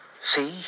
See